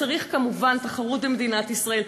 צריך כמובן תחרות במדינת ישראל,